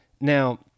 Now